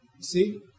See